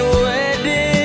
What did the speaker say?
wedding